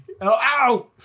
Ow